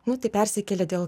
nu tai persikėlė dėl